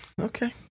Okay